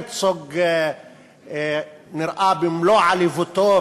הרצוג נראה במלוא עליבותו,